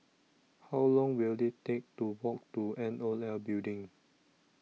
How Long Will IT Take to Walk to N O L Building